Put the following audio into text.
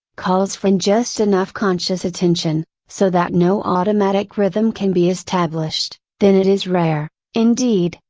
calls for and just enough conscious attention, so that no automatic rhythm can be established, then it is rare, indeed,